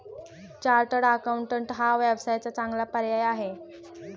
chartered accountant हा व्यवसायाचा चांगला पर्याय आहे